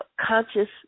conscious